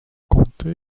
comté